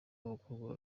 w’abakobwa